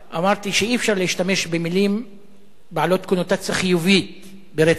אמרתי שאי-אפשר להשתמש במלים בעלות קונוטציה חיובית ברצח נשים,